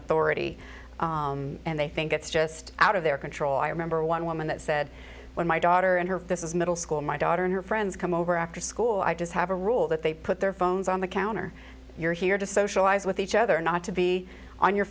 authority and they think it's just out of their control i remember one woman that said when my daughter and her this is middle school my daughter and her friends come over after school i just have a rule that they put their phones on the counter you're here to socialize with each other not to be on your